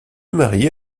marie